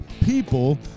People